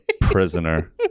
prisoner